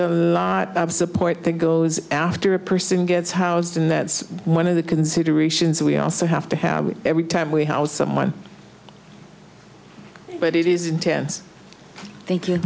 a lot of support that goes after a person gets housed in that's one of the considerations we also have to have every time we house someone but it is intense thank